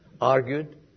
Argued